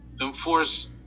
enforce